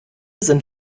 sind